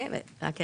רק רגע.